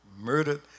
murdered